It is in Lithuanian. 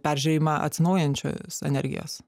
peržiūrėjimą atsinaujinančios energijos